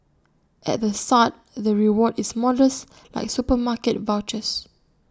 at the start the reward is modest like supermarket vouchers